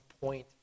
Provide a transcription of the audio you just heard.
point